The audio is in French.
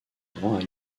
grand